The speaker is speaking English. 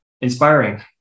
inspiring